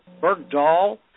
Bergdahl